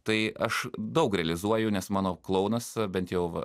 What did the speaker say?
tai aš daug realizuoju nes mano klounas bent jau